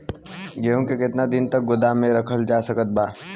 गेहूँ के केतना दिन तक गोदाम मे रखल जा सकत बा?